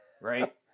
right